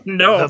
no